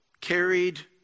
carried